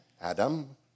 Adam